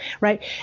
Right